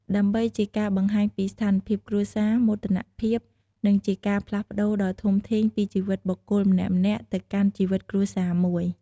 ដើម្បីជាការបង្ហាញពីស្ថានភាពគ្រួសារ មោទនភាព និងជាការផ្លាស់ប្តូរដ៏ធំធេងពីជីវិតបុគ្គលម្នាក់ៗ ទៅកាន់ជីវិតគ្រួសារមួយ។